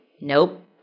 nope